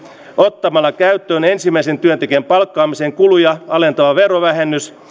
ottamalla käyttöön ensimmäisen työntekijän palkkaamisen kuluja alentava verovähennys